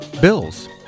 Bills